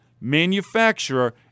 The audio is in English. manufacturer